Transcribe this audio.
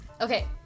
Okay